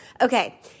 Okay